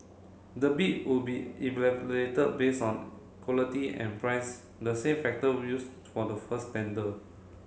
the bid would be evaluated based on quality and price the same factor were used for the first tender